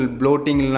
bloating